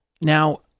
Now